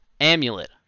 amulet